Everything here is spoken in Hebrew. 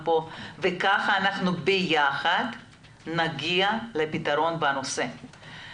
לזכות לפי חוק ההסכמים לנשיאת עוברים סעיף 16 וחוק האימוץ סעיף